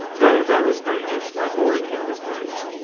though there is no use my boring you with figures.